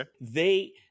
They-